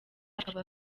akaba